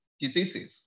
diseases